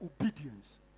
obedience